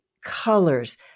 colors